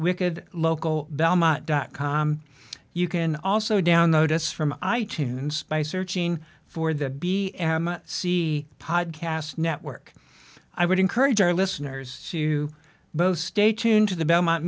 wicked local belmont dot com you can also download us from i tunes by searching for the b m c podcast network i would encourage our listeners to both stay tuned to the